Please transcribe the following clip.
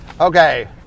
Okay